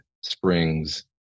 springs